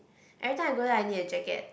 everytime I go there I need a jacket